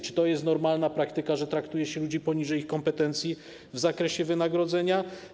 Czy to jest normalna praktyka, że traktuje się ludzi poniżej ich kompetencji w zakresie wynagrodzenia?